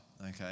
Okay